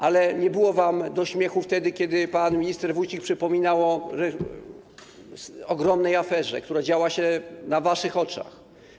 Ale nie było wam do śmiechu, kiedy pan minister Wójcik przypominał o ogromnej aferze, która działa się na waszych oczach.